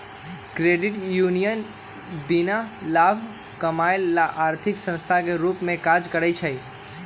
credit union बीना लाभ कमायब ला आर्थिक संस्थान के रूप में काज़ करइ छै